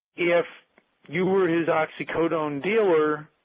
if you were his oxycodone dealer,